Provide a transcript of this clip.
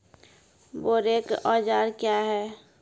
बोरेक औजार क्या हैं?